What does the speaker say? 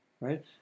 right